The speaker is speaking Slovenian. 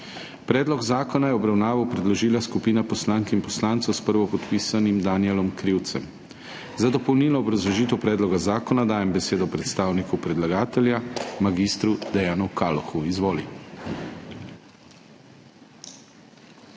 Predlog zakona je v obravnavo predložila skupina poslancev s prvopodpisanim Danijelom Krivcem. Za dopolnilno obrazložitev predloga zakona dajem besedo predstavniku predlagatelja mag. Dejanu Kalohu. Izvoli.